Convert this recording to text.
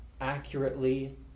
accurately